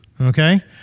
Okay